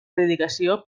predicació